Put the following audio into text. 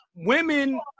Women